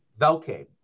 Velcade